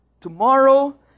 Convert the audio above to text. Tomorrow